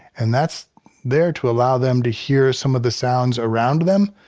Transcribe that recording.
and that's there to allow them to hear some of the sounds around them.